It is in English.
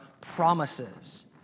promises